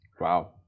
Wow